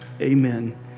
amen